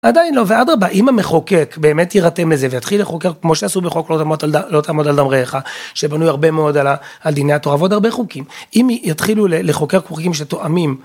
עדיין לא ואדרבא אם המחוקק באמת יירתם לזה ויתחיל לחוקק כמו שעשו בחוק לא תעמוד על דם רעייך שבנוי הרבה מאוד על דיני התורה ועוד הרבה חוקים אם יתחילו לחוקק חוקים שתואמים